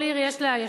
כל עיר יש לה,